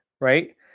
right